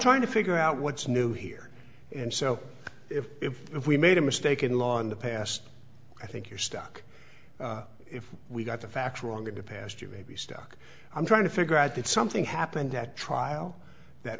trying to figure out what's new here and so if if if we made a mistake in law in the past i think you're stuck if we got the facts wrong in the past you may be stuck i'm trying to figure out if something happened at trial that